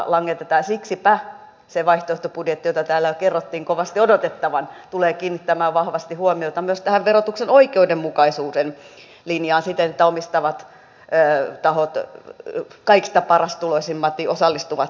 siksipä se vaihtoehtobudjetti jota jo täällä kerrottiin kovasti odotettavan tulee kiinnittämään vahvasti huomiota myös tähän verotuksen oikeudenmukaisuuden linjaan siten että omistavat tahot kaikista parastuloisimmat osallistuvat enemmän